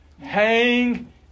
Hang